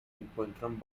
encuentran